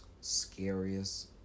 scariest